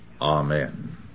Amen